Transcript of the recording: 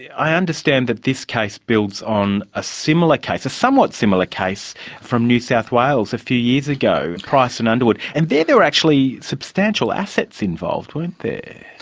i understand that this case builds on a similar case, a somewhat similar case from new south wales a few years ago, price and underwood, and there there were actually substantial assets involved, weren't there.